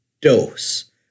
dose